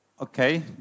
Okay